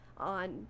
On